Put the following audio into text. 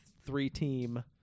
three-team